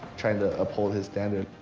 trying to uphold his standard,